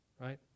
right